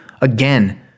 Again